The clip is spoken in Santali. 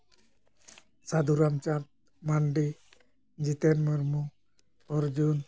ᱥᱟᱫᱷᱩ ᱨᱟᱢᱪᱟᱸᱫ ᱢᱟᱱᱰᱤ ᱡᱤᱛᱮᱱ ᱢᱩᱨᱢᱩ ᱚᱨᱡᱩᱱ